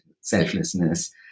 selflessness